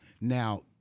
Now